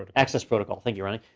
access protocol, thank you ronnie.